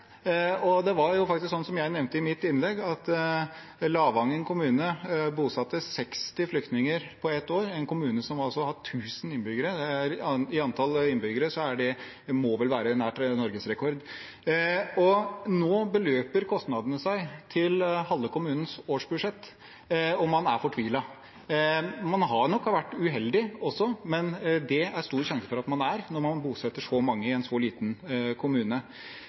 Som jeg nevnte i mitt innlegg, bosatte Lavangen kommune 60 flyktninger på ett år – en kommune som altså har 1 000 innbyggere. Ut fra antall innbyggere må vel det være nær norgesrekord. Nå beløper kostnadene seg til halve kommunens årsbudsjett, og man er fortvilet. Man har nok også vært uheldig, men det er det stor sjanse for at man er når man bosetter så mange i en så liten kommune.